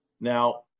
Now